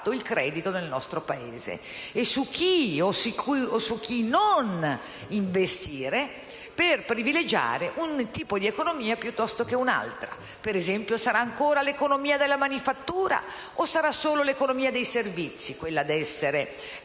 il credito nel nostro Paese e su chi investire per privilegiare un tipo di economia piuttosto che un'altra. Per esempio, sarà ancora l'economia della manifattura o sarà solo l'economia dei servizi ad essere